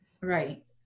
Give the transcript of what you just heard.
Right